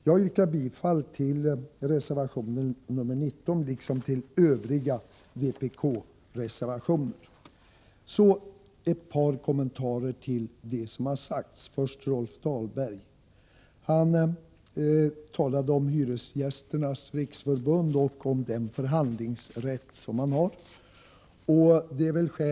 Jag yrkar bifall till reservation nr 19 liksom till övriga vpk-reservationer. Så några kommentarer till vad som har sagts i debatten. Rolf Dahlberg talade om den förhandlingsrätt som Hyresgästernas riksförbund har.